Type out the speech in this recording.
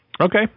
Okay